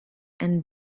and